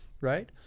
Right